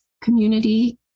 community